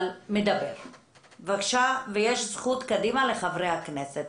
יש זכות קדימה לחברי הכנסת.